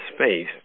space